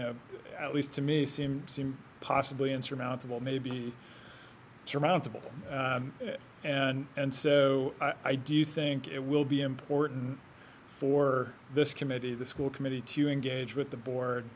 know at least to me seemed possibly insurmountable may be surmountable and so i do think it will be important for this committee the school committee to engage with the board